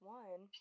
one